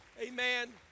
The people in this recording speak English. Amen